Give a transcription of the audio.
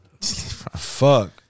Fuck